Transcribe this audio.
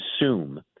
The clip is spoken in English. assume